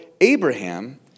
Abraham